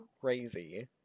crazy